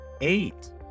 Eight